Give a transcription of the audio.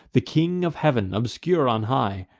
the king of heav'n, obscure on high,